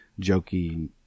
jokey